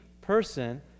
person